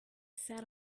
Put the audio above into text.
sat